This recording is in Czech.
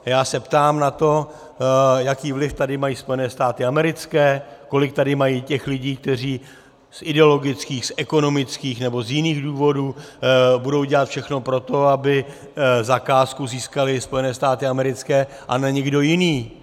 Já se ptám na to, jaký vliv tady mají Spojené státy americké, kolik tady mají lidí, kteří z ideologických, z ekonomických nebo z jiných důvodů budou dělat všechno pro to, aby zakázku získaly Spojené státy americké a ne někdo jiný.